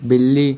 बिल्ली